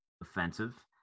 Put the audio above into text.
offensive